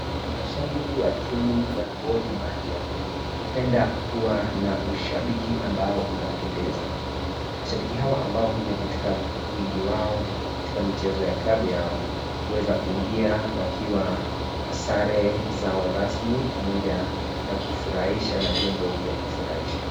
Mashabiki wa timu ya Gormahia hupenda kuwa na ushabiki ambao unapendeza mashabiki hawa ambao huja katika wingi wao katika michezo ya klabu yao huweza kuingia wakiwa na sare zao rasmi pamoja na kufurahisha na vyombo vya kufurahisha.